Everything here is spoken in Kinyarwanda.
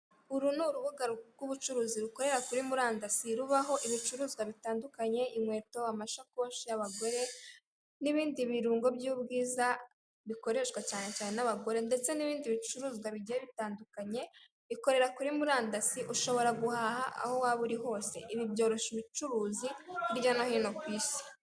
Uru n'urubuga rw'ubucuruza rukorera kuri murandasi rubaho ibicuruzwa bitandukanye inkweto, amasakoshi y'abagore n'ibindi birungo by'ubwiza bikoresha cyane n'abagore. Ndetse n'ibindi bicuruzwa bigiye bitandukanye bikorera kuri murandasi, ushobora guhaha aho waba uri hose, ibi byoroshya ubucuruzi hirya no hino kwisi.